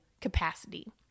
capacity